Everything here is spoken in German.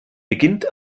beginnt